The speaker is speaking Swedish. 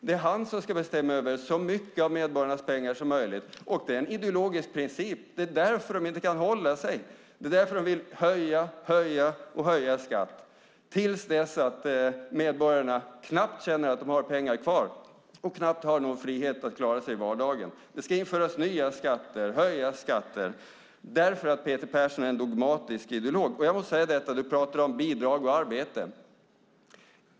Det är han som ska bestämma över så mycket av medborgarnas pengar som möjligt. Det är en ideologisk princip. Det är därför de inte kan hålla sig. Det är därför de vill höja, höja och höja skatt till dess att medborgarna knappt känner att de har pengar kvar och knappt har någon frihet att klara sig i vardagen. Det ska införas nya skatter och höjas skatter därför att Peter Persson är en dogmatisk ideolog. Du talar om bidrag och arbete.